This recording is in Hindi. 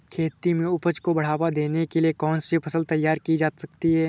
खेती में उपज को बढ़ावा देने के लिए कौन सी फसल तैयार की जा सकती है?